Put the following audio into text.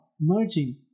merging